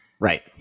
Right